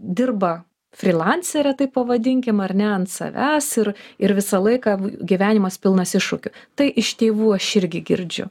dirba frylancere taip pavadinkim ar ne ant savęs ir ir visą laiką gyvenimas pilnas iššūkių tai iš tėvų aš irgi girdžiu